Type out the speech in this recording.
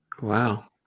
Wow